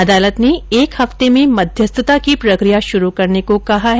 अदालत ने एक हफ्ते में मध्यस्थता की प्रक्रिया शुरू करने को कहा है